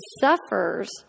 suffers